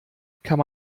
kann